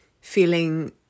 feeling